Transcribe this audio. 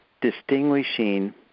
Distinguishing